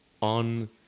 on